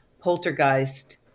Poltergeist